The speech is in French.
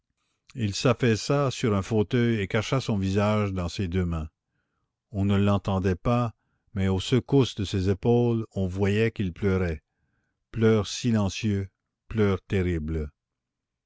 il s'affaissa sur un fauteuil et cacha son visage dans ses deux mains on ne l'entendait pas mais aux secousses de ses épaules on voyait qu'il pleurait pleurs silencieux pleurs terribles